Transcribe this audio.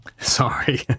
Sorry